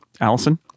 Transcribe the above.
Allison